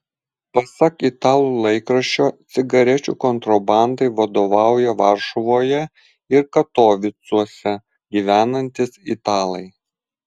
pasak italų laikraščio cigarečių kontrabandai vadovauja varšuvoje ir katovicuose gyvenantys italai